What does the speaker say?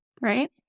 Right